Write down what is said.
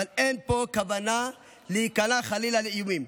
אבל אין פה כוונה להיכנע חלילה לאיומים.